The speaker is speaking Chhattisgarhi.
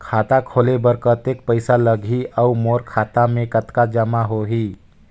खाता खोले बर कतेक पइसा लगही? अउ मोर खाता मे कतका जमा होही?